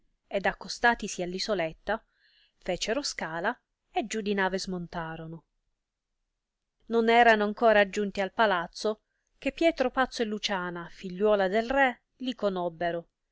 vedere ed accostatisi all isoletta fecero scala e giù di nave smontorono non erano ancora aggiunti al palazzo che pietro pazzo e luciana figliuola del re li conobbero